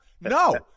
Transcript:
No